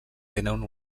tenen